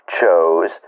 chose